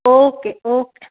okay okay